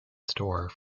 store